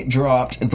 dropped